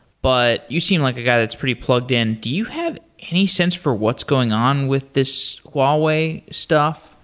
but you seem like a guy it's pretty plugged in. do you have any sense for what's going on with this huawei stuff?